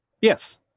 Yes